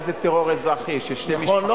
מה זה טרור אזרחי, ששתי משפחות --- נכון.